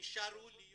נשארו להיות